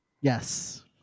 Yes